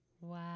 Wow